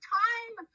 time